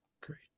great